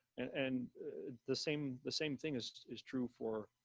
and the same, the same thing is is true for